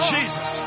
Jesus